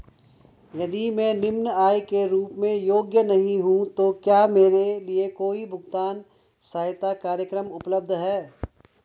यदि मैं निम्न आय के रूप में योग्य नहीं हूँ तो क्या मेरे लिए कोई भुगतान सहायता कार्यक्रम उपलब्ध है?